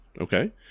okay